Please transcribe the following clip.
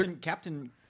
Captain